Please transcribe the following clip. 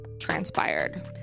transpired